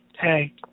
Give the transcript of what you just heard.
Hey